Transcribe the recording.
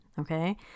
Okay